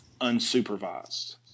unsupervised